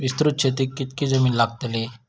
विस्तृत शेतीक कितकी जमीन लागतली?